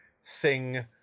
sing